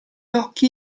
occhi